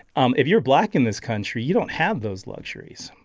um if you're black in this country, you don't have those luxuries.